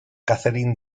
catherine